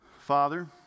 Father